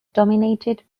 dominated